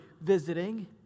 visiting